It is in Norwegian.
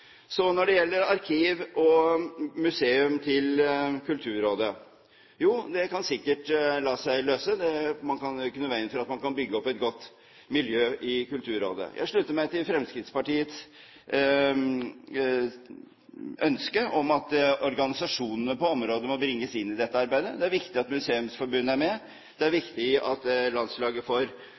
Så til at arkiv og museum blir overført til Kulturrådet. Det kan sikkert la seg løse. Det er ikke noe i veien for at man kan bygge opp et godt miljø i Kulturrådet. Jeg slutter meg til Fremskrittspartiets ønske om at organisasjonene på området må bringes inn i dette arbeidet. Det er viktig at Museumsforbundet er med, det er viktig at Landslaget for